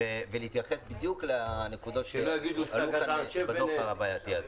ולהתייחס בדיוק לנקודות שעלו כאן בדוח הבעייתי הזה.